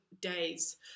days